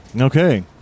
okay